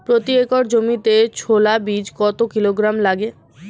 প্রতি একর জমিতে ছোলা বীজ কত কিলোগ্রাম লাগে?